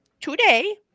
today